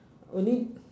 only